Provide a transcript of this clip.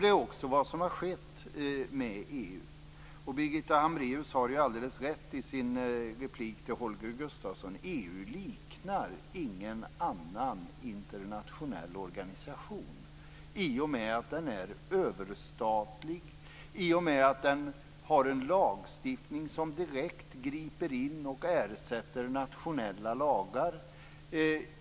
Det är också vad som har skett med EU. Birgitta Hambraeus hade ju alldeles rätt i sin replik till Holger Gustafsson då hon sade att EU inte liknar någon annan internationell organisation i och med att den är överstatlig och i och med att den har en lagstiftning som direkt griper in och ersätter nationella lagar.